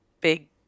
big